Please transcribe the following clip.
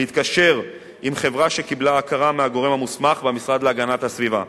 להתקשר עם חברה שקיבלה הכרה מהגורם המוסמך במשרד להגנת הסביבה,